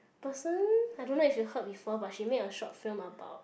person I don't know if you heard before but she made a short film about